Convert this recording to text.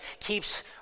keeps